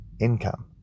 income